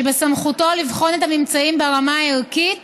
שבסמכותו לבחון את הממצאים ברמה הערכית